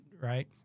right